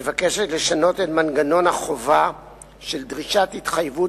מבקשת לשנות את מנגנון החובה של דרישת התחייבות